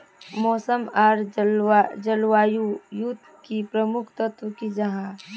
मौसम आर जलवायु युत की प्रमुख तत्व की जाहा?